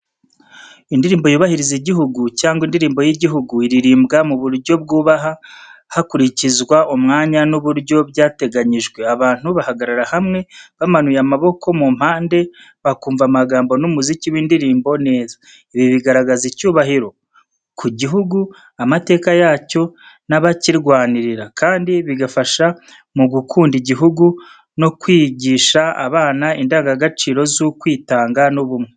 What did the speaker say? Indirimbo yubahiriza igihugu, cyangwa indirimbo y’igihugu, iririmbwa mu buryo bwubaha, hakurikizwa umwanya n’uburyo byateganyijwe. Abantu bahagarara bamanuye amaboko mu mpande, bakumva amagambo n’umuziki w’indirimbo neza. Ibi bigaragaza icyubahiro ku gihugu, amateka yacyo n’abakirwanirira, kandi bigafasha mu gukundisha igihugu no kwigisha abana indangagaciro z’ukwitanga n’ubumwe.